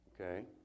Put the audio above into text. Okay